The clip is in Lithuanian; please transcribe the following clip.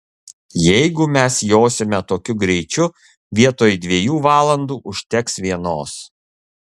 jeigu mes josime tokiu greičiu vietoj dviejų valandų užteks vienos